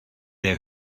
der